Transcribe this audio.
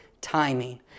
timing